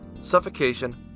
suffocation